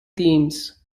themes